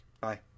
Bye